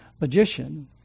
magician